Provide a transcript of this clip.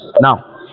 Now